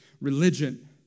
religion